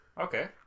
okay